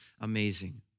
amazing